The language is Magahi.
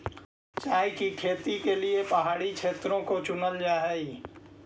चाय की खेती के लिए पहाड़ी क्षेत्रों को चुनल जा हई